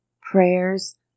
prayers